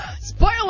Spoiler